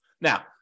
Now